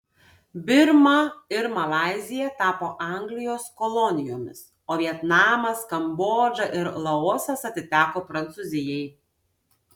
birma ir malaizija tapo anglijos kolonijomis o vietnamas kambodža ir laosas atiteko prancūzijai